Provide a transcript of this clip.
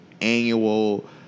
annual